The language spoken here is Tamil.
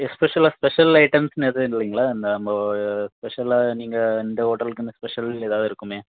எஸ்பெஷலாக ஸ்பெஷல் ஐட்டம்ஸ்ன்னு எதுவும் இல்லைங்களா நம்போ ஸ்பெஷலாக நீங்கள் இந்த ஹோட்டல்க்குன்னு ஸ்பெஷல் எதாவது இருக்குமே